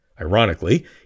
Ironically